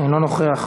אינו נוכח,